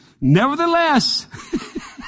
Nevertheless